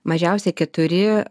mažiausiai keturi